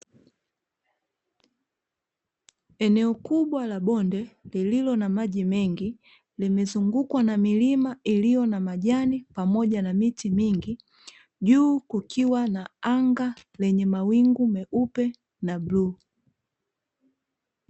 Eneo kubwa la bonde, lililo na maji mengi limezungukwa na milima iliyo na majani pamoja na miti mingi. Juu kukiwa na anga lenye mawingu meupe na ya bluu.